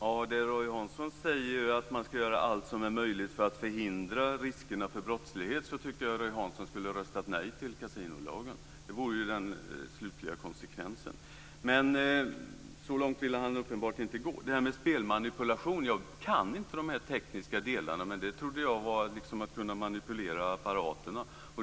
Fru talman! Roy Hansson säger att man skall göra allt som är möjligt för att förhindra riskerna för brottslig verksamhet. Då tycker jag att Roy Hansson skulle ha röstat nej till kasinonlagen. Det vore den slutliga konsekvensen. Men så långt ville han uppenbarligen inte gå. Jag kan inte de tekniska delarna i detta med spelmanipulation, men jag trodde att det handlade om att manipulera apparaterna.